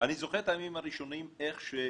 אני זוכר איך בימים הראשונים ניסו